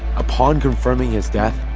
upon confirming his death,